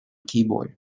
keyboard